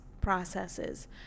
processes